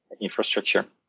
infrastructure